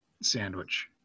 sandwich